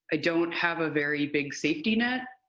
i don't have a very big safety net.